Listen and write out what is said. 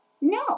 No